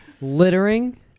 Littering